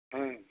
हाँ